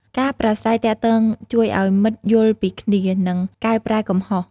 ការប្រាស្រ័យទាក់ទងជួយឱ្យមិត្តយល់ពីគ្នា និងកែប្រែកំហុស។